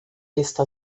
está